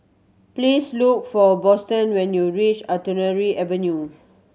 please look for Boston when you reach Artillery Avenue